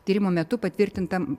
tyrimo metu patvirtintam